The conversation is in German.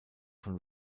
von